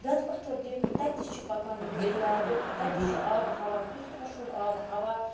دۄدٕ پَتھٕر تہِ تَتہِ تہِ چھِ پَکان یِم دٔریابہٕ تَتہِ تہِ چھِ آبہٕ ہوا تیُتھ خۄشوُن آبہٕ ہوا